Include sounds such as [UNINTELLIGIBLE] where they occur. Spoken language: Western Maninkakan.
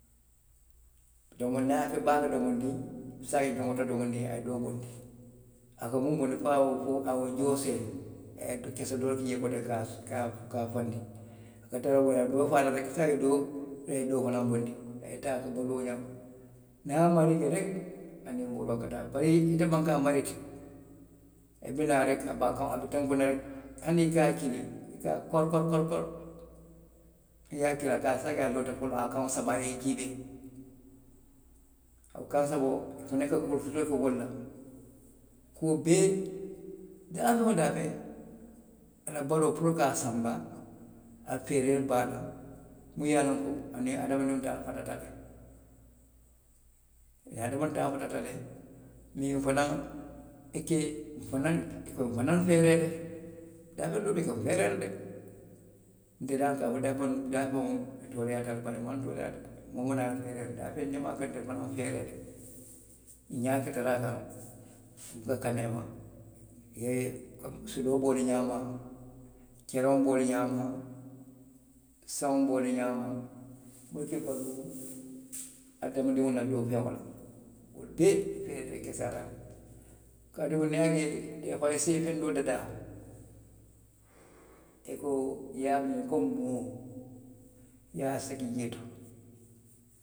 [UNINTELLIGIBLE] domondiŋ i se a je a jolonta domondiŋ a ye doo bondi a miŋ bondi, fo a ye wo jooseyi a ye kese doo bi jee koteke ka a faandi [UNINTELLIGIBLE] i se a je a ye doo baa to fanaŋ bondi a ye taa [UNINTELLIGIBLE] wo ñaama niŋ a ye a maarii je rek aniŋ boroo ka taa bari niŋ ite maŋ ke a maarii ti, i bi naa a be tenkuŋ na rek, hani i se a kili koro koro koro niŋ i ye a kili i se a je a loota foloo a ye a kaŋo saba, a ye juubee, wo kaŋ saboo i fanaŋ ka korosiroo ke wo le la, kuo bee daa woo daa rek a la baluo puru ka a sanba a feeree be a la miŋ ye a loŋ ko aniŋ hadamadiŋo taa fatata le, aniŋ hamadiŋo taa fatata le ñiŋ fanaŋ i ka n fanaŋ i ka fanaŋ feere daafeŋo doolu i ka n feeree le de [UNINTELLIGIBLE] daafeŋolu i tooleeyaata le bari i maŋ tooleeyaa de moo woo moo niŋ a la feeree loŋ daafeŋ jamaa ka ntelu fanaŋ feeree le n ñaa ka tara a kaŋ n te kana la i ma ee suloo be wo le ñaama, kereŋo be wo le ñaama, saŋo be wo le ñaama, minnu ka baluu hamadiŋo la doofeŋo la wolu bee keseyaata le kaatu niŋ i ye a je [UNINTELLIGIBLE] dadaa i ko i ye a miira ko moo i ye a siti jee to.